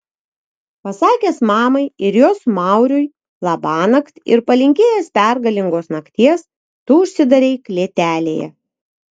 pasakęs mamai ir jos mauriui labanakt ir palinkėjęs pergalingos nakties tu užsidarei klėtelėje